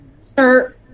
Sir